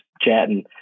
chatting